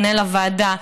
מנהל הוועדה,